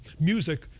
music.